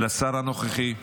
לשר הנוכחי,